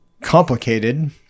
complicated